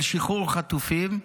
של שחרור חטופים.